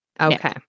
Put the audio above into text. Okay